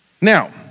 Now